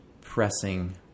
pressing